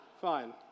Fine